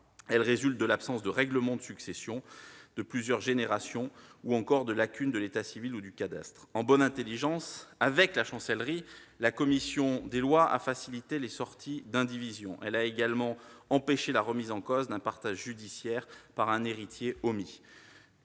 Elles résultent de l'absence de règlement de successions depuis plusieurs générations, ou encore des lacunes de l'état civil ou du cadastre. En bonne intelligence avec la Chancellerie, la commission des lois a facilité les sorties d'indivision. Elle a également empêché la remise en cause d'un partage judiciaire par un héritier omis.